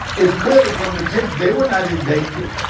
it's clearly from the tape. they were not in danger.